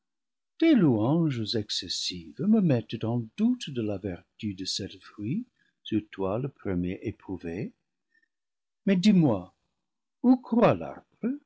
tes louanges excessives me mettent en doute de la vertu de ce fruit sur loi le premier éprouvée mais dis-moi où